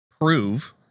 prove